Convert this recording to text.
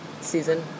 Season